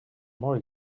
molt